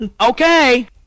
Okay